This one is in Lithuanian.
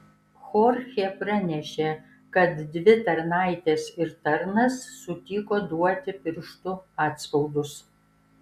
chorchė pranešė kad dvi tarnaitės ir tarnas sutiko duoti pirštų atspaudus